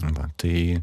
na tai